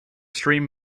stream